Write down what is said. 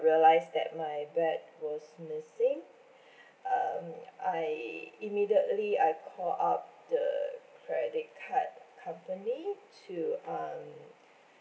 realised that my bag was missing um I immediately I call up the credit card company to um